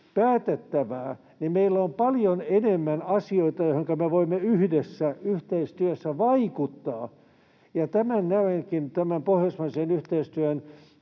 päätettävää, niin meillä on paljon enemmän asioita, joihin me voimme yhdessä yhteistyössä vaikuttaa, ja tämän näenkin tämän pohjoismaisen yhteistyön